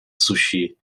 sushi